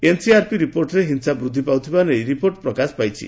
NCRP ରିପୋର୍ଟରେ ହିଂସା ବୃଦ୍ଧି ପାଉଥିବା ନେଇ ରିପୋର୍ଚ ପ୍ରକାଶ ପାଇଛି